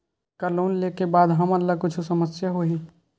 का लोन ले के बाद हमन ला कुछु समस्या होही?